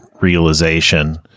realization